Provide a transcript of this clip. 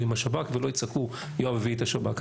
עם השב"כ ולא יצעקו יואב הביא את השב"כ.